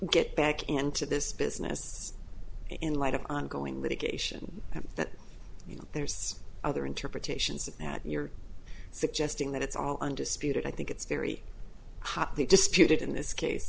get back into this business in light of ongoing litigation and that you know there's other interpretations of that you're suggesting that it's all undisputed i think it's very hotly disputed in this case